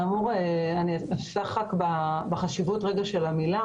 אני אתייחס לחשיבות של המילה